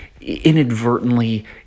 inadvertently